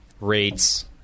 rates